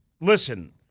Listen